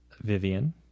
Vivian